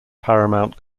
paramount